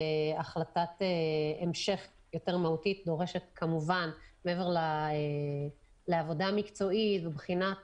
והחלטת המשך יותר מהותית דורשת כמובן מעבר לעבודה המקצועית ובחינת